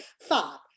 five